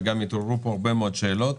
וגם התעוררו פה הרבה מאוד שאלות.